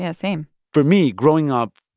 yeah same for me, growing up,